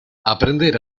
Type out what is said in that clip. aprender